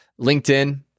LinkedIn